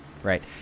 Right